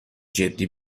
جدی